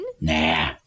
Nah